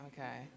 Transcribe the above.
Okay